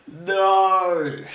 No